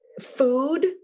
food